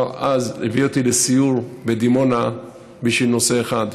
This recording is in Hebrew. הביא אותי לסיור בדימונה בשביל נושא אחד: